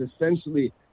essentially